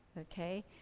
okay